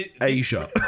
asia